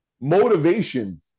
motivation